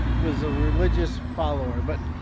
was a religious follower. but